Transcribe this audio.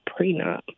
prenup